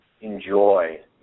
enjoy